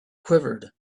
quivered